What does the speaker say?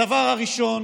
הדבר הראשון